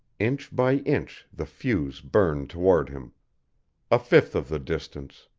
inch by inch the fuse burned toward him a fifth of the distance,